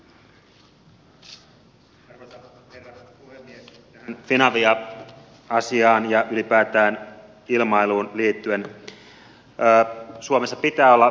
tähän finavia asiaan ja ylipäätään ilmailuun liittyen suomessa pitää olla vahva ykköskenttä